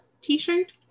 t-shirt